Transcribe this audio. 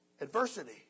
adversity